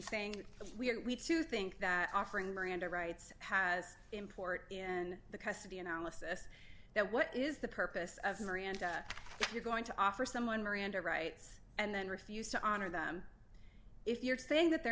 saying if we are we to think that offering miranda rights has import in the custody analysis that what is the purpose of miranda if you're going to offer someone miranda rights and then refuse to honor them if you're saying that they're